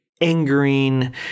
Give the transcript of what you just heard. angering